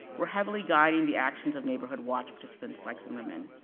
were heavily guiding the actions of neighborhood watch participants, like zimmerman.